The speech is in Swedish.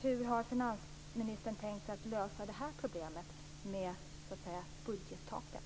Hur har finansministern tänkt sig att lösa problemet med budgettaket?